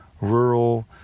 rural